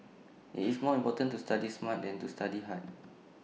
IT is more important to study smart than to study hard